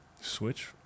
Switch